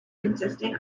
consisting